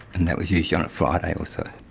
and that was usually on a friday or so.